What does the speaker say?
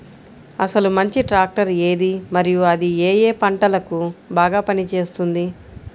అసలు మంచి ట్రాక్టర్ ఏది మరియు అది ఏ ఏ పంటలకు బాగా పని చేస్తుంది?